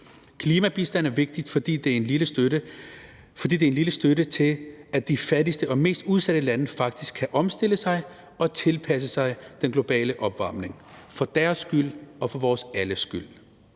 Klimabistand er vigtigt, fordi det er en lille støtte til, at de fattigste og mest udsatte lande faktisk kan omstille sig og tilpasse sig den globale opvarmning – for deres skyld og for vores alles skyld.